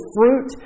fruit